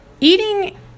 eating